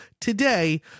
today